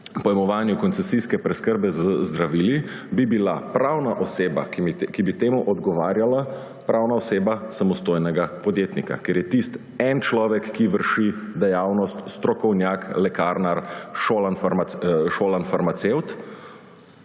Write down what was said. pojmovanju koncesijske preskrbe z zdravili bi bila pravna oseba, ki bi temu odgovarjala, pravna oseba samostojnega podjetnika, ker je tisti en človek, ki vrši dejavnost, strokovnjak, lekarnar, šolani farmacevt.